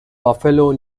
buffalo